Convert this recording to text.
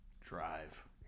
drive